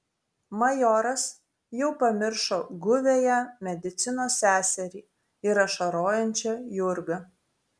majoras jau pamiršo guviąją medicinos seserį ir ašarojančią jurgą